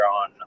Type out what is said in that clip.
on